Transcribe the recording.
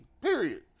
Period